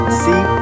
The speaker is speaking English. see